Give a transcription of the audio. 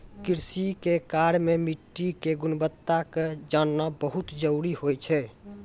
कृषि के कार्य मॅ मिट्टी के गुणवत्ता क जानना बहुत जरूरी होय छै